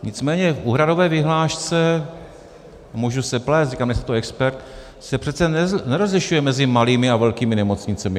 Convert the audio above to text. Nicméně v úhradové vyhlášce můžu se plést, říkám, nejsem na to expert se přece nerozlišuje mezi malými a velkými nemocnicemi.